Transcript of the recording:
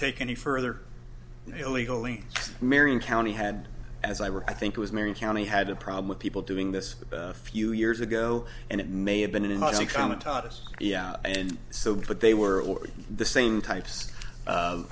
take any further illegally marion county had as i write i think it was marion county had a problem with people doing this a few years ago and it may have been in much the common tatis and so but they were the same types of